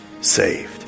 saved